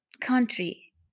country